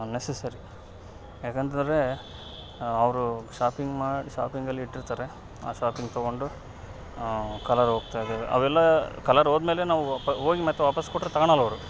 necessary ಯಾಕಂತಂದರೆ ಅವರು shopping ಮಾ ಶಾಪಿಂಗಲ್ಲಿ ಇಟ್ಟಿರ್ತಾರೆ ಆ ಶಾಪಿಂಗ್ ತಗೊಂಡು ಕಲರ್ ಹೋಗ್ತದೆ ಅವೆಲ್ಲಾ ಕಲರ್ ಹೋದ್ಮೇಲೆ ನಾವು ಪ ಹೋಗಿ ಮತ್ತು ವಾಪಾಸ್ ಕೊಟ್ರೆ ತಗೋಳಲ್ಲ ಅವರು